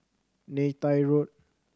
Neythai Road